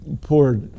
poor